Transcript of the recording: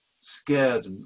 scared